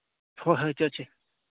ꯍꯣꯏ ꯍꯣꯏ ꯆꯠꯁꯤ